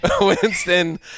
Winston